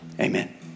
amen